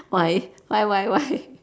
why why why why